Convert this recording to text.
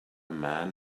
man